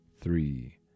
three